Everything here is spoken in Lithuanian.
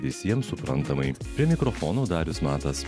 visiems suprantamai prie mikrofonų darius matas